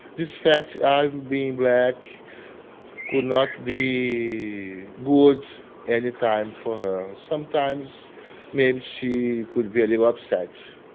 this fact i'm being black could not be good any time for her. sometimes maybe she would be a little upset.